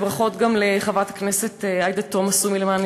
וברכות גם לחברת הכנסת עאידה תומא סלימאן,